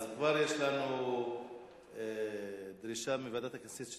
אז כבר יש לנו דרישה מוועדת הכנסת שתכריע.